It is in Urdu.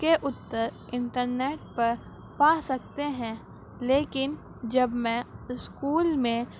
کے اتر انٹرنیٹ پر پا سکتے ہیں لیکن جب میں اسکول میں